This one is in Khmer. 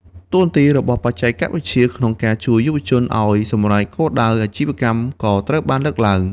តួនាទីរបស់បច្ចេកវិទ្យា ក្នុងការជួយយុវជនឱ្យសម្រេចគោលដៅអាជីវកម្មក៏ត្រូវបានលើកឡើង។